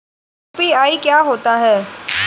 UPI क्या होता है?